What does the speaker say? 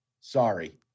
sorry